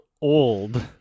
Old